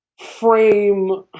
frame